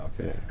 okay